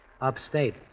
Upstate